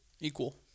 equal